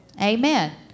Amen